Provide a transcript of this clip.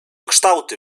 kształty